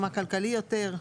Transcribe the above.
מה כלכלי יותר?